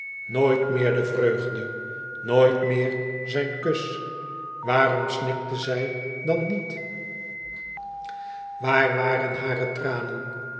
nooit meer de vreugde nooit meer zijn kus waarom snikte zij dan niet waar waren hare tranen